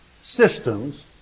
systems